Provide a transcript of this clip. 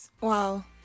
wow